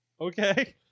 Okay